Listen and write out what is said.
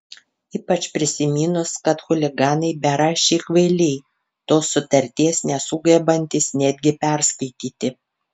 ypač prisiminus kad chuliganai beraščiai kvailiai tos sutarties nesugebantys netgi perskaityti